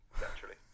Naturally